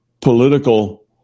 political